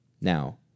now